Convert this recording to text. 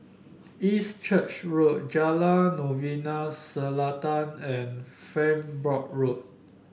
East Church Road Jalan Novena Selatan and Farnborough Road